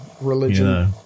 religion